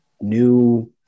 new